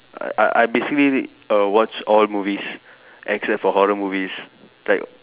I I I basically err watch all movies except for horror movies like